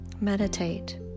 Meditate